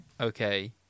Okay